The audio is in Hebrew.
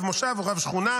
רב מושב או רב שכונה,